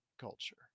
Culture